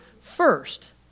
first